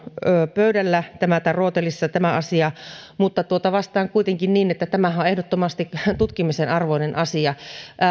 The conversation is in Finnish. pöydällä tai rootelissa mutta vastaan kuitenkin niin että tämähän on ehdottomasti tutkimisen arvoinen asia